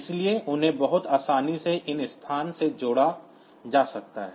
इसलिए उन्हें बहुत आसानी से इन स्थानों के साथ जोड़ा जा सकता है